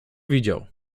widział